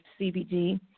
CBD